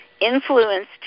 influenced